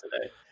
today